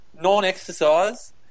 non-exercise